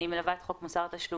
מלווה את חוק מוסר התשלומים.